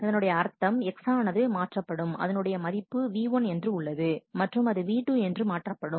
இதனுடைய அர்த்தம் X ஆனது மாற்றப்படும் அதனுடைய மதிப்பு v1 என்று உள்ளது மற்றும் அது v2 என்று மாற்றப்படும்